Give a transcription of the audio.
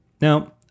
Now